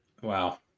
Wow